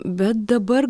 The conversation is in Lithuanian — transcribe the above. bet dabar